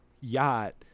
yacht